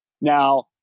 Now